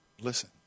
Listen